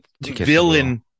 villain